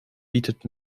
bietet